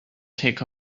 take